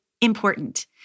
important